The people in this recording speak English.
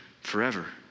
forever